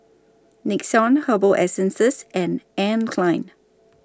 Nixon Herbal Essences and Anne Klein